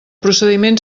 procediment